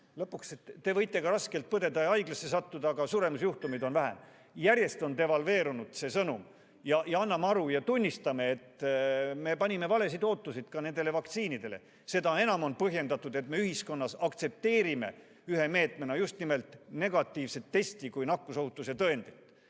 Lõpuks, te võite raskelt põdeda ja haiglasse sattuda, aga surmajuhtumeid on vähem. See sõnum on järjest devalveerunud. Anname aru ja tunnistame, et me panime valesid ootusi ka nendele vaktsiinidele. Seda enam on põhjendatud, et me ühiskonnas aktsepteeriksime ühe meetmena just nimelt negatiivset testi nakkusohutuse tõendina.